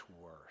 worse